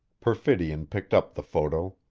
perfidion picked up the photo.